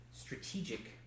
strategic